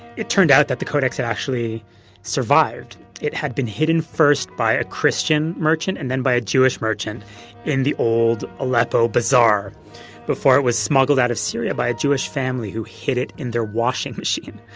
it turned out that the codex actually survived. it had been hidden first by a christian merchant and then by a jewish merchant in the old aleppo bazaar before it was smuggled out of syria by a jewish family who hid it in their washing machine.